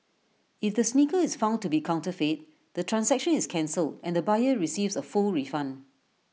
if the sneaker is found to be counterfeit the transaction is cancelled and the buyer receives A full refund